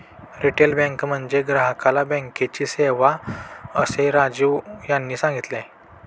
retail bank म्हणजे ग्राहकाला बँकेची सेवा, असे राजीव यांनी सांगितले